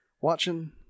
Watching